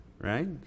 right